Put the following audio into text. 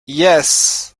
yes